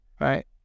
right